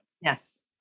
Yes